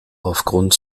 aufgrund